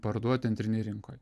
parduot antrinėj rinkoj